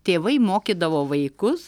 tėvai mokydavo vaikus